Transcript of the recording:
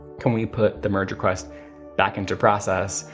can we put the merge request back into process,